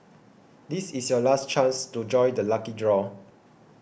this is your last chance to join the lucky draw